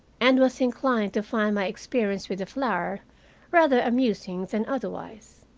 and was inclined to find my experience with the flour rather amusing than otherwise.